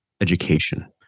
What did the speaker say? education